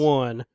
one